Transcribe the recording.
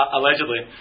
Allegedly